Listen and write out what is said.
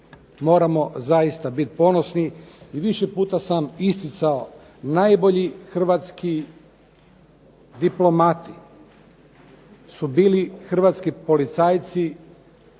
Moramo zaista biti ponosni i više puta sam isticao najbolji hrvatski diplomati su bili hrvatski policajci